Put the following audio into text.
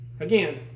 again